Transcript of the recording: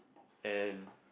and